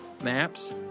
maps